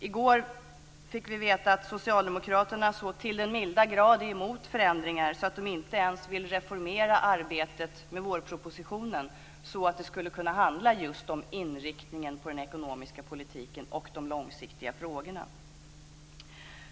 I går fick vi veta att Socialdemokraterna så till den milda grad är mot förändringar att de inte ens vill reformera arbetet med vårpropositionen så att det skulle kunna handla just om inriktningen på den ekonomiska politiken och de långsiktiga frågorna.